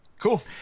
Cool